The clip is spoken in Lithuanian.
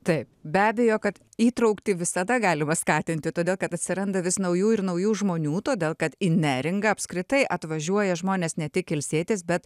taip be abejo kad įtrauktį visada galima skatinti todėl kad atsiranda vis naujų ir naujų žmonių todėl kad į neringą apskritai atvažiuoja žmonės ne tik ilsėtis bet